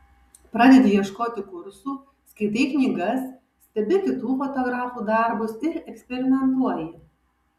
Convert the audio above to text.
pradedi ieškoti kursų skaitai knygas stebi kitų fotografų darbus ir eksperimentuoji